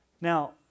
Now